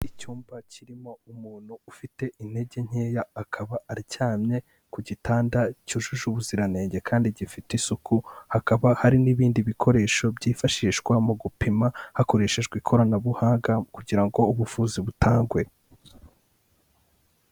Icyumba kirimo umuntu ufite intege nkeya akaba aryamye ku gitanda cyujuje ubuziranenge kandi gifite isuku, hakaba hari n'ibindi bikoresho byifashishwa mu gupima hakoreshejwe ikoranabuhanga kugira ngo ubuvuzi butangwe.